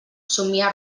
somia